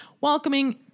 welcoming